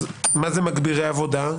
מה זה "מגבירי עבודה"?